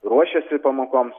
ruošiasi pamokoms